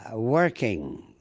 ah working,